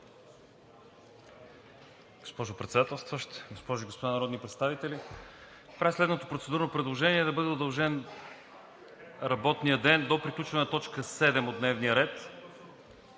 Госпожо Председател, госпожи и господа народни представители! Правя следното процедурно предложение: да бъде удължен работният ден до приключване на точка седем от дневния ред,